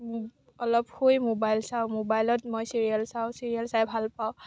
অলপ শুই মোবাইল চাওঁ মোবাইলত অলপ মই চিৰিয়েল চাওঁ মই চিৰিয়েল চাই ভাল পাওঁ